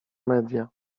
media